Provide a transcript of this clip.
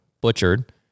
butchered